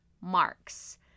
Marks